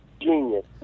genius